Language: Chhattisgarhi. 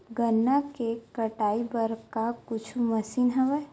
गन्ना के कटाई बर का कुछु मशीन हवय?